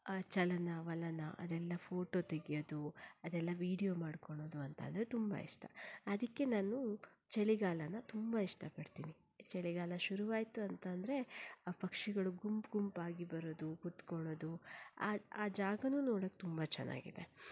ಚಲನವಲನ ಅದೆಲ್ಲ ಫೋಟೊ ತೆಗೆಯೋದು ಅದೆಲ್ಲ ವಿಡಿಯೋ ಮಾಡ್ಕೊಳ್ಳೋದು ಅಂತ ಅಂದ್ರೆ ತುಂಬ ಇಷ್ಟ ಅದಕ್ಕೆ ನಾನು ಚಳಿಗಾಲನ ತುಂಬ ಇಷ್ಟ ಪಡ್ತೀನಿ ಚಳಿಗಾಲ ಶುರುವಾಯಿತು ಅಂತ ಅಂದ್ರೆ ಆ ಪಕ್ಷಿಗಳು ಗುಂಪು ಗುಂಪಾಗಿ ಬರೋದು ಕುತ್ಕೊಳ್ಳೋದು ಆ ಆ ಜಾಗವೂ ನೋಡೋಕೆ ತುಂಬ ಚೆನ್ನಾಗಿದೆ